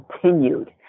continued